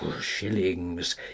shillings